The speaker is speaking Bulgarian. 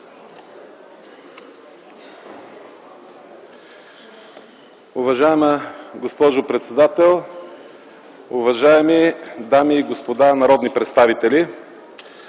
Уважаема госпожо председател, уважаеми дами и господа народни представители!